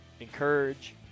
encourage